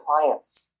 clients